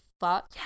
fuck